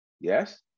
Yes